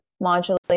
modulate